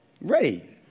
ready